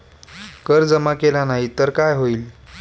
कर जमा केला नाही तर काय होईल?